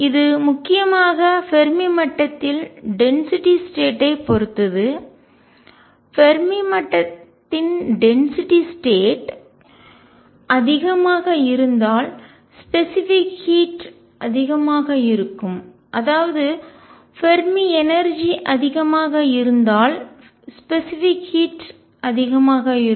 இது முக்கியமாக ஃபெர்மி மட்டத்தில் டென்சிட்டி ஸ்டேட் ஐ பொறுத்தது ஃபெர்மி மட்டத்தின் டென்சிட்டிஅடர்த்தி ஸ்டேட் நிலைகள் அதிகமாக இருந்தால் ஸ்பெசிபிக் ஹீட் குறிப்பிட்ட வெப்பம் அதிகமாக இருக்கும் அதாவது ஃபெர்மி எனர்ஜிஆற்றல் அதிகமாக இருந்தால் ஸ்பெசிபிக் ஹீட் குறிப்பிட்ட வெப்பம் அதிகமாக இருக்கும்